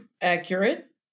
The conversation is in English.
accurate